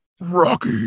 Rocky